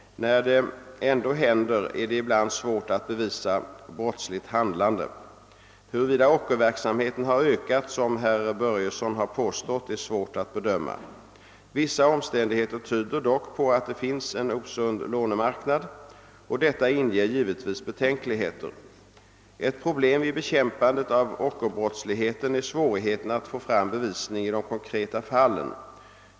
När det ändå hän der, är det ibland svårt att bevisa brottsligt handlande. Huruvida ockerverksamheten har ökat som herr Börjesson har påstått är svårt att bedöma. Vissa omständigheter tyder dock på att det finns en osund lånemarknad. Detta inger givetvis betänkligheter. Ett problem vid bekämpandet av ockerbrottsligheten är svårigheten att få fram bevisning i de konkreta fallen.